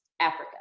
Africa